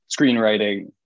screenwriting